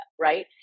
right